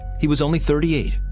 he was only thirty eight,